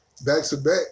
back-to-back